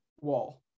wall